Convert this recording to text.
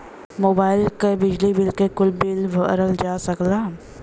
mobile क, बिजली क, कुल बिल भरल जा सकला